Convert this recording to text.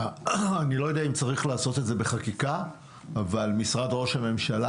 אני לא יודע אם צריך לעשת את זה בחקיקה אבל משרד ראש הממשלה,